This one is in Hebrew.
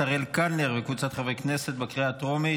אריאל קלנר וקבוצת חברי הכנסת בקריאה הטרומית.